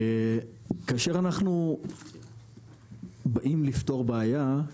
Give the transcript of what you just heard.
כאשר אנחנו באים לפתור בעיה,